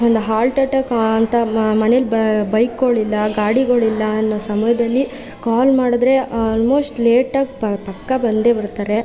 ಒಂದು heart attack ಅಂತ ಮನೆಯಲ್ಲಿ ಬೈಕುಗಳಿಲ್ಲ ಗಾಡಿಗಳಿಲ್ಲ ಅನ್ನೋ ಸಮಯದಲ್ಲಿ ಕಾಲ್ ಮಾಡಿದ್ರೆ ಆಲ್ಮೋಸ್ಟ್ ಲೇಟಾಗಿ ಪಕ್ಕಾ ಬಂದೇ ಬರ್ತಾರೆ